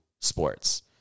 sports